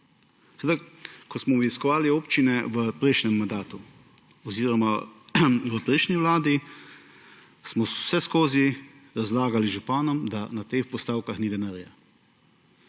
občinah. Ko smo obiskovali občine v prejšnjem mandatu oziroma v prejšnji vladi, smo vseskozi razlagali županom, da na teh postavkah ni denarja.